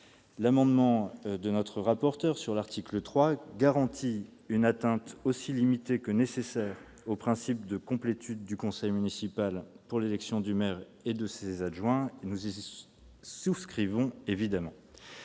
l'amendement de Mme la rapporteur a pour objet de garantir une atteinte aussi limitée que nécessaire au principe de complétude du conseil municipal pour l'élection du maire et de ses adjoints. Nous y souscrivons évidemment.